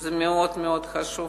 שזה מאוד מאוד חשוב,